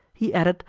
he added,